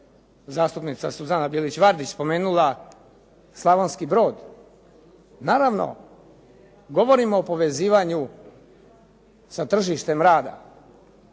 gospođa Suzana Bilić Vardić spomenula Slavonski Brod. Naravno govorimo o povezivanju sa tržištem rada,